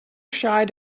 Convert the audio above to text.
shy